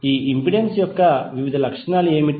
ఈ ఇంపెడెన్స్ యొక్క వివిధ లక్షణాలు ఏమిటి